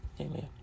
Amen